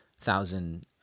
thousand